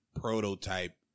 prototype